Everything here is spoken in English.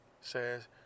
says